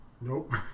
Nope